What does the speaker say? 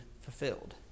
fulfilled